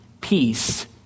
Peace